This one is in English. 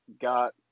got